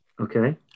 Okay